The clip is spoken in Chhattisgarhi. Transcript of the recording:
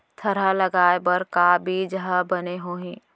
थरहा लगाए बर का बीज हा बने होही?